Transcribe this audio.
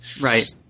Right